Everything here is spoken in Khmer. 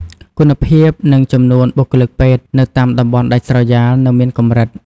គុណភាពនិងចំនួនបុគ្គលិកពេទ្យនៅតាមតំបន់ដាច់ស្រយាលនៅមានកម្រិត។